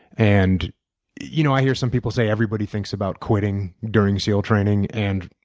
and you know i hear some people say everybody thinks about quitting during seal training and